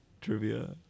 trivia